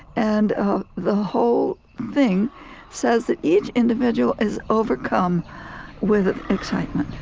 and the whole thing says that each individual is overcome with excitement